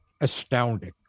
astounding